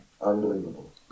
Unbelievable